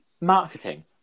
marketing